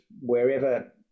wherever